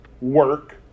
work